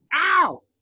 Ow